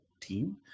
team